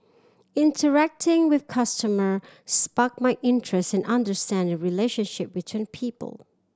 interacting with customer sparked my interest in understanding relationship between people